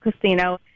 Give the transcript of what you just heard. casino